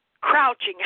crouching